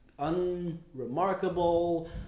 unremarkable